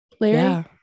Larry